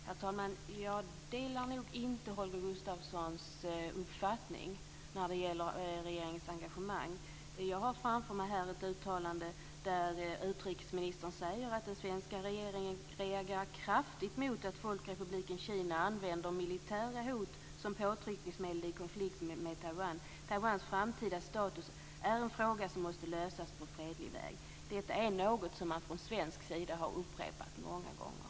Herr talman! Jag delar inte Holger Gustafssons uppfattning när det gäller regeringens engagemang. Jag har framför mig ett uttalande där utrikesministern säger att den svenska regeringen reagerar kraftigt mot att Folkrepubliken Kina använder militära hot som påtryckningsmedel i konflikten med Taiwan. Taiwans framtida status är en fråga som måste lösas på fredlig väg. Detta är något som man från svensk sida har upprepat många gånger.